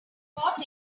caught